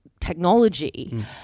technology